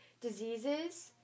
diseases